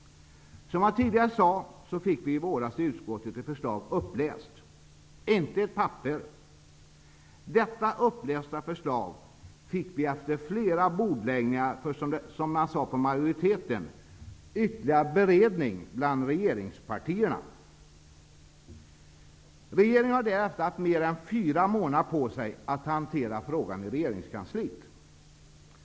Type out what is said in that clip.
Som jag tidigare sade fick vi i våras i utskottet ett förslag uppläst, inte ett papper. Detta upplästa förslag fick vi efter flera bordläggningar för, som det sades, ''ytterligare beredning bland regeringspartierna''. Regeringen har därefter haft mer än fyra månader på sig att hantera frågan i regeringskansliet.